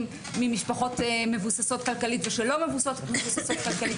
ממשפחות מבוססות כלכלית ושלא מבוססות כלכלית,